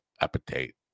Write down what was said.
appetite